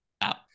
out